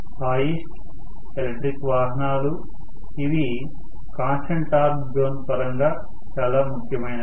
hoist electric వాహనాలు ఇవి constant torque zone పరంగా చాలా ముఖ్యమైనవి